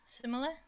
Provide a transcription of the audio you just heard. similar